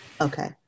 Okay